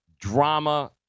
drama